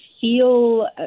feel